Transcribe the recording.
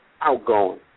outgoing